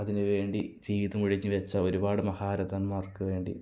അതിന് വേണ്ടി ജീവിതമുഴിഞ്ഞു വച്ച ഒരുപാട് മഹാരഥന്മാർക്ക് വേണ്ടി